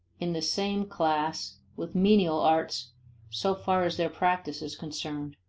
in the same class with menial arts so far as their practice is concerned.